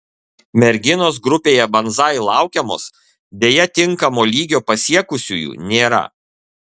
merginos grupėje banzai laukiamos deja tinkamo lygio pasiekusiųjų nėra